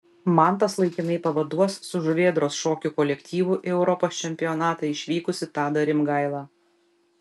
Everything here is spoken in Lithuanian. mantas laikinai pavaduos su žuvėdros šokių kolektyvu į europos čempionatą išvykusi tadą rimgailą